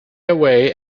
away